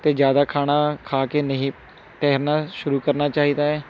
ਅਤੇ ਜ਼ਿਆਦਾ ਖਾਣਾ ਖਾ ਕੇ ਨਹੀਂ ਤੈਰਨਾ ਸ਼ੁਰੂ ਕਰਨਾ ਚਾਹੀਦਾ ਹੈ